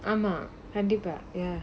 umar and deeper ya